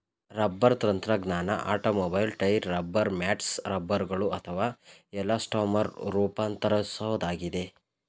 rubber ತಂತ್ರಜ್ಞಾನ automobile tyre rubber mats ರಬ್ಬರ್ಗಳು ಅಥವಾ ಎಲಾಸ್ಟೊಮರ್ ರೂಪಾಂತರಿಸೋದಾಗಿದೆ